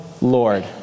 Lord